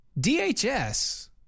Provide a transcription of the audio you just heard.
DHS